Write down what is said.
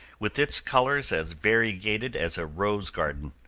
with its colors as variegated as a rose garden.